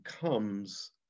comes